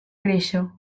créixer